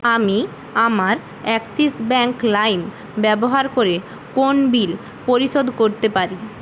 আমি আমার অ্যাক্সিস ব্যাঙ্ক লাইম ব্যবহার করে কোন বিল পরিশোধ করতে পারি